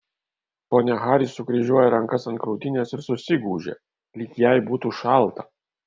ponia haris sukryžiuoja rankas ant krūtinės ir susigūžia lyg jai būtų šalta